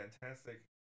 fantastic